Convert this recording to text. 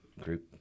group